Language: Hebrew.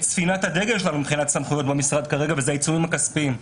ספינת הדגל שלנו במשרד וזה העיצומים הכספיים.